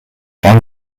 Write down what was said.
van